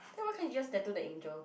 then why can't you just tattoo the angel